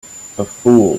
fool